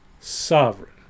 sovereign